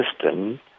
system